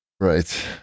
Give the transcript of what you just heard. Right